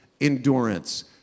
endurance